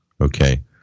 Okay